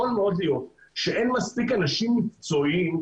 מאוד להיות שאין מספיק אנשים מקצועיים,